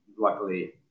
Luckily